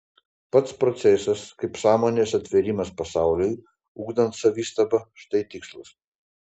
pats procesas kaip sąmonės atvėrimas pasauliui ugdant savistabą štai tikslas